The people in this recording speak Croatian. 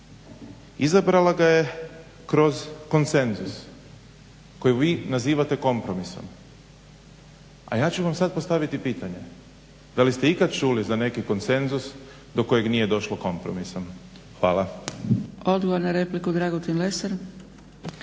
izabrala ga je kroz konsenzus koji vi nazivate kompromisom. A ja ću vam sada postaviti pitanje, da li ste ikada čuli za neki konsenzus do kojeg nije došlo kompromisom? Hvala.